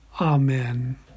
Amen